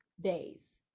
days